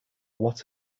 what